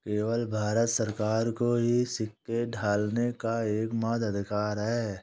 केवल भारत सरकार को ही सिक्के ढालने का एकमात्र अधिकार है